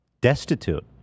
Destitute